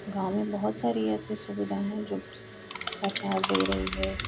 गाँव में बहुत सारी ऐसी सुविधाएँ हैं जो सरकार दे रही है